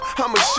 I'ma